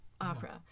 opera